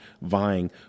vying